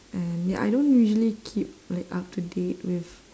and ya I don't usually keep like up to date with